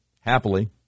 happily